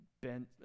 Ben